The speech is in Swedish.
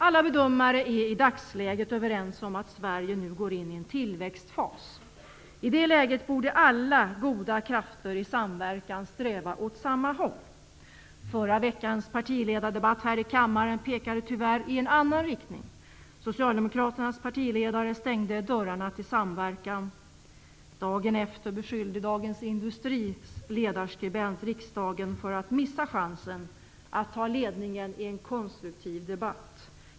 Alla bedömare är i dagsläget överens om att Sverige nu går in i en tillväxtfas. I det läget borde alla goda krafter i samverkan sträva åt samma håll. Förra veckans partiledardebatt här i kammaren pekade tyvärr i en annan riktning. Socialdemokraternas partiledare stängde dörrarna till samverkan. Dagen efter beskyllde Dagens Industris ledarskribent riksdagen för att missa chansen att ta ledningen i en konstruktiv debatt.